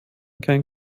keinen